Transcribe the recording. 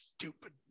stupid